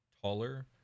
taller